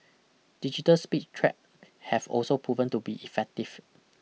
digital speed trap have also proven to be effective